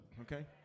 okay